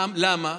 למה?